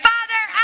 Father